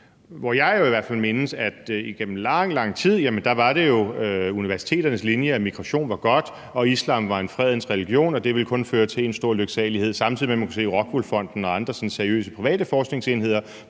hvor jeg jo i hvert fald mindes, at igennem lang, lang tid var det universiteternes linje, at migration var godt, at islam var en fredens religion, og at det kun ville føre til en stor lyksalighed, samtidig med at man kunne se ROCKWOOL Fonden og andre sådan seriøse private forskningsenheder